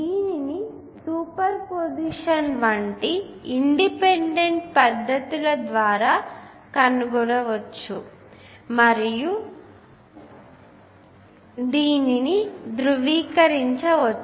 దీనిని superposition వంటి independent పద్ధతుల ద్వారా కనుగొనవచ్చు మరియు దీనిని ధృవీకరించండి